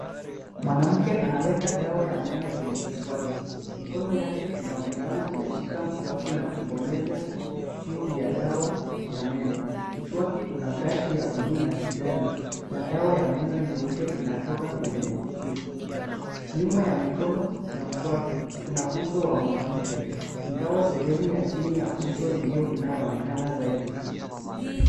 Mwanamke anaweka dawa ya meno kwenye mswaki. Mikono yake inaonekana inashika mswaki na kubonyeza tube ya dawa ya meno. Mswaki una brashi ya buluu na kijani na dawa ya meno nyeupe inatoka kwenye tube . Nyuma ya mikono na mswaki kuna uso wa mwanamke ingawa sehemu ya chini ya uso ndio inayoonekana zaidi.